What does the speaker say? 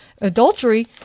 adultery